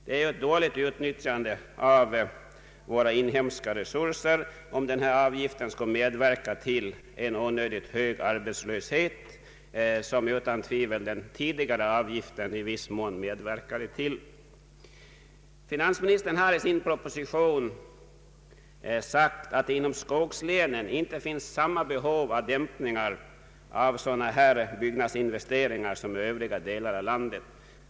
Det är ett dåligt utnyttjande av våra inhemska resurser, om denna avgift medverkar till en onödigt hög arbetslöshet, vilket den tidigare avgiften utan tvivel gjorde. Finansministern har i sin proposition sagt att det inom skogslänen inte finns samma behov av dämpningar av sådana här byggnadsinvesteringar som i övriga delar av landet.